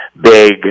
big